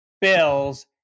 Bills